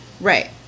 Right